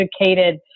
educated